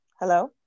Hello